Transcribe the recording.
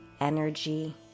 energy